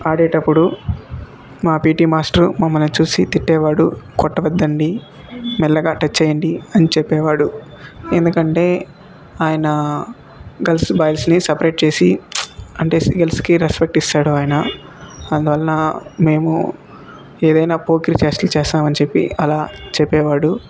ఆడేటప్పుడు మా PT master మమ్మలని చూసి తిట్టేవాడు కొట్టవద్దండి మెల్లగా టచ్ చేయండి అని చెప్పేవాడు ఎందుకంటే ఆయన గర్ల్స్ బాయ్స్ని సెపరేట్ చేసి అంటే గర్ల్స్కి రెస్పెక్ట్ ఇస్తాడు ఆయన అందువలన మేము ఏదైనా పోకిరి చేష్టలు చేస్తామని చెప్పి అలా చెప్పేవాడు